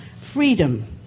freedom